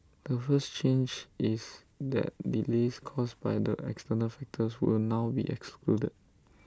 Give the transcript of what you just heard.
the first change is that delays caused by the external factors will now be excluded